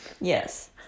Yes